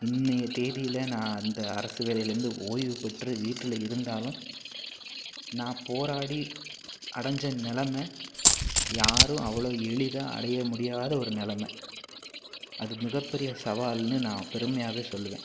இன்றைய தேதியில் நான் அந்த அரசு வேலையில் இருந்து ஓய்வு பெற்று வீட்டில் இருந்தாலும் நான் போராடி அடஞ்ச நிலம யாரும் அவ்வளோ எளிதாக அடைய முடியாத ஒரு நிலம அது மிகப்பெரிய சவால்னு நான் பெருமையாகவே சொல்லுவேன்